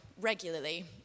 regularly